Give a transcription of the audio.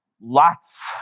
lots